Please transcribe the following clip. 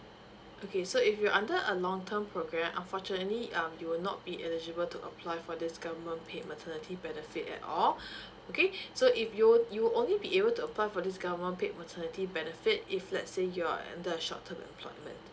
okay so if you under a long term program unfortunately um you will not be eligible to apply for this government paid maternity benefit at all okay so if you you only be able to apply for this government paid maternity benefit if let say you're in the short term employment